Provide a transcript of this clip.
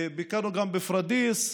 ביקרנו גם בפוריידיס,